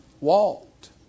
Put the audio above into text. walked